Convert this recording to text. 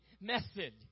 method